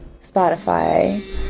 Spotify